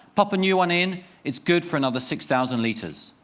pop a new one in. it's good for another six thousand liters.